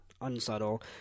unsubtle